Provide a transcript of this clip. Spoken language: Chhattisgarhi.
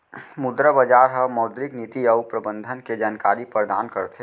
मुद्रा बजार ह मौद्रिक नीति अउ प्रबंधन के जानकारी परदान करथे